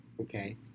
Okay